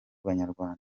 banyarwanda